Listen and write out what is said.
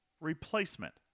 replacement